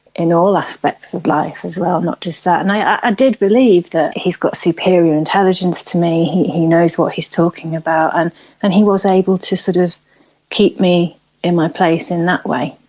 in all aspects of life as well, not just that. and i did believe that he's got superior intelligence to me, he knows what he's talking about, and and he was able to sort of keep me in my place in that way.